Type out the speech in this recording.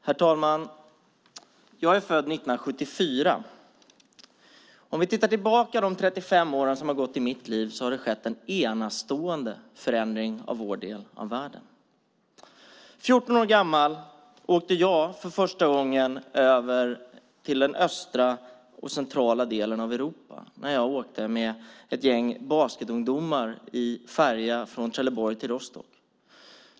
Herr talman! Jag är född 1974. Om vi ser tillbaka på de 35 år som har gått i mitt liv ser vi att det har skett en enastående förändring av vår del av världen. 14 år gammal åkte jag för första gången över till den östra och centrala delen av Europa. Jag åkte med ett gäng basketungdomar i färja från Trelleborg till Rostock.